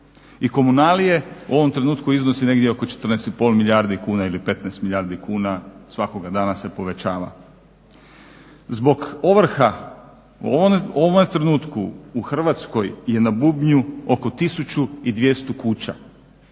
i komunalije u ovom trenutku iznosi negdje oko 14,5 milijardi kuna ili 15 milijardi kuna, svakoga dana se povećava. Zbog ovrha u ovome trenutku u Hrvatskoj je na bubnju oko 1200 kuća,